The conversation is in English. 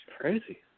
crazy